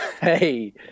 Hey